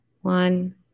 One